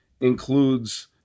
includes